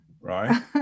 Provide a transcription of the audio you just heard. right